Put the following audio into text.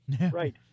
Right